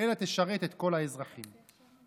לכן ההצעה תועבר לדיון בעבודה ורווחה.